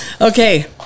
Okay